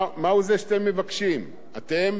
אתם ביקשתם לקיים פה דיון